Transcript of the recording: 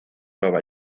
nueva